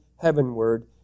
heavenward